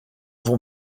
vont